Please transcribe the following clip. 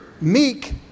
meek